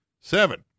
Seven